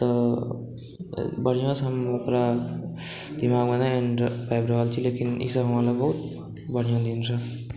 तऽ बढ़िआँसॅं हम ओकरा दिमाग़मे नहि आबि रहल छै लेकिन ईसभ हमरा लए बहुत बढ़िआँ दिन रहै